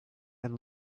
and